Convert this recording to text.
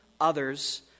others